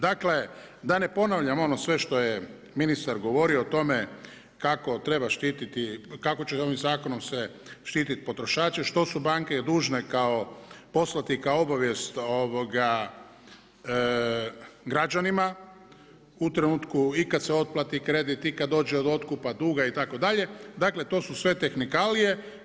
Dakle, da ne ponavljam ono sve što je ministar govorio o tome kako će se ovim zakonom štititi potrošače, što su banke dužne poslati kao obavijest građanima u trenutku i kada se otplati kredit i kada dođe do otkupa duga itd., dakle to su sve tehnikalije.